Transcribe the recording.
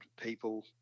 people